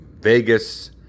Vegas